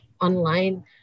online